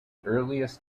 earliest